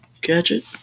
Gadget